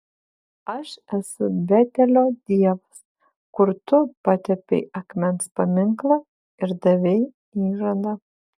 aš esu betelio dievas kur tu patepei akmens paminklą ir davei įžadą